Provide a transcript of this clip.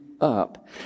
up